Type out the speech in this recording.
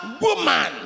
woman